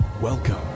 Welcome